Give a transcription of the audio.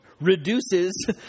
reduces